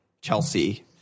Chelsea